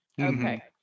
okay